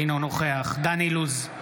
אינו נוכח דן אילוז,